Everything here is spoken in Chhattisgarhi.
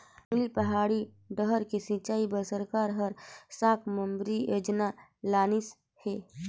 जंगली, पहाड़ी डाहर के सिंचई बर सरकार हर साकम्बरी योजना लानिस हे